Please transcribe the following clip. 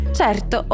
certo